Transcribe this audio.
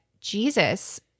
Jesus